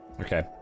Okay